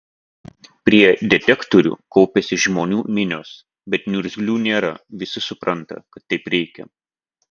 prie detektorių kaupiasi žmonių minios bet niurzglių nėra visi supranta kad taip reikia